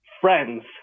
friends